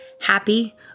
happy